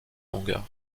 longueur